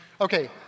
Okay